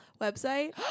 website